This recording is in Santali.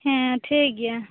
ᱦᱮᱸ ᱴᱷᱮᱠ ᱜᱮᱭᱟ